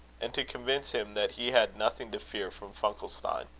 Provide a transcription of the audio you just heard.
and to convince him that he had nothing to fear from funkelstein.